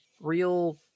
real